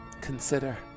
Consider